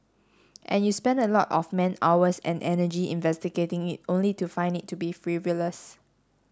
and you spend a lot of man hours and energy investigating it only to find it to be frivolous